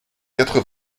quatre